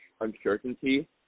uncertainty